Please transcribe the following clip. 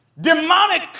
demonic